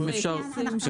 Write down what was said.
שבמערכת היחסים.